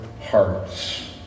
hearts